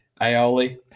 aioli